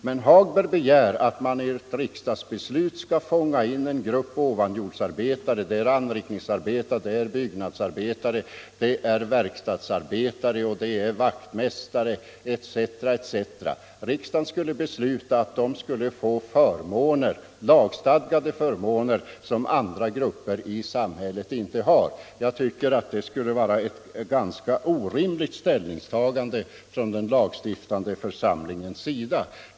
Men herr Hagberg begär att man i ett riksdagsbeslut — pension vid 60 år — skall fånga in också en grupp ovanjordarbetare: anrikningsarbetare, byggnadsarbetare, verkstadsarbetare, vaktmästare etc. Riksdagen skulle alltså, enligt herr Hagberg, besluta att dessa grupper fick lagstadgade förmåner som motsvarande grupper i samhället inte har, bara för att dessa är anställda inom gruvindustrin. Jag tycker det vore ett ganska orimligt ställningstagande från den lagstiftande församlingens sida.